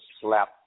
slap